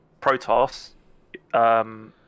Protoss